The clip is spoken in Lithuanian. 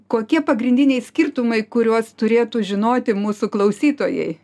kokie pagrindiniai skirtumai kuriuos turėtų žinoti mūsų klausytojai